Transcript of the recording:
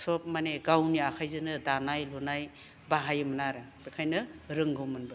सब माने गावनि आखायजोनो दानाय लुनाय बाहायोमोन आरो बेखायनो रोंगौमोनबो